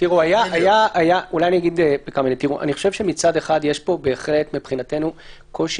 אני חושב שמצד אחד יש פה בהחלט מבחינתנו קושי